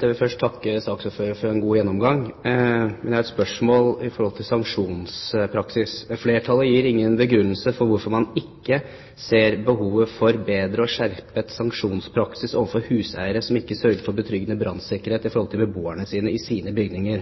vil først takke saksordføreren for en god gjennomgang, men jeg har et spørsmål i forhold til sanksjonspraksis. Flertallet gir ingen begrunnelse for hvorfor man ikke ser behovet for en bedre og skjerpet sanksjonspraksis overfor huseiere som ikke sørger for betryggende brannsikkerhet for beboerne sine i